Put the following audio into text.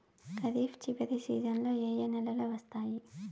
ఖరీఫ్ చివరి సీజన్లలో ఏ ఏ నెలలు వస్తాయి